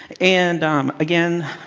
and um again,